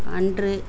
அன்று